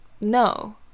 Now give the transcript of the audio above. no